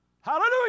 Hallelujah